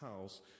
house